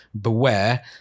beware